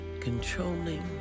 controlling